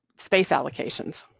space allocations,